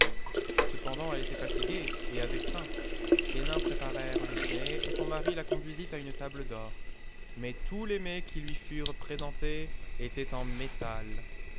cependant elle était fatiguée et avait faim les nains préparèrent le dîner et son mari la conduisit à une table d'or mais tous les mets qui lui furent présentés étaient en métal